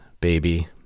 baby